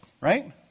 right